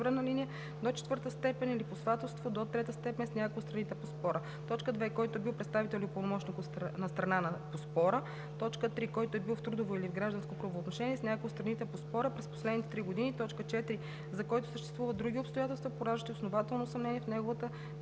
спора; 2. който е бил представител или пълномощник на страна по спора; 3. който е бил в трудово или в гражданско правоотношение с някоя от страните по спора през последните три години; 4. за който съществуват други обстоятелства, пораждащи основателно съмнение в неговата